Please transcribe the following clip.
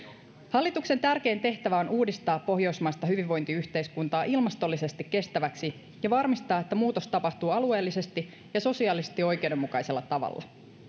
hallituksen tärkein tehtävä on uudistaa pohjoismaista hyvinvointiyhteiskuntaa ilmastollisesti kestäväksi ja varmistaa että muutos tapahtuu alueellisesti ja sosiaalisesti oikeudenmukaisella tavalla